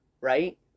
right